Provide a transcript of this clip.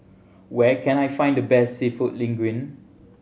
where can I find the best Seafood Linguine